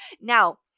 Now